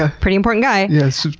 ah pretty important guy. yes.